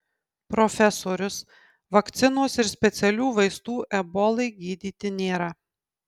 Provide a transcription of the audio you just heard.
profesorius vakcinos ir specialių vaistų ebolai gydyti nėra